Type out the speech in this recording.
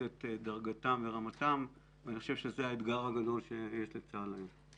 את דרגתם ורמתם ואני חושב שזה האתגר הגדול שיש לצבא הגנה לישראל היום.